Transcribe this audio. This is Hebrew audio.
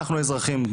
אנחנו אזרחים,